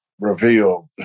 revealed